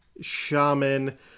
shaman